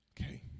Okay